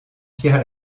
pierre